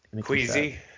queasy